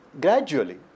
gradually